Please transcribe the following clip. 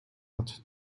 hat